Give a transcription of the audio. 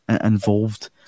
involved